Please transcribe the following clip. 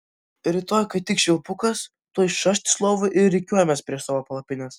rytoj kai tik švilpukas tuoj šast iš lovų ir rikiuojamės prieš savo palapines